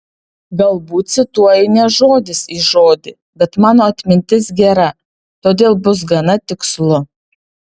galbūt cituoju ne žodis į žodį bet mano atmintis gera todėl bus gana tikslu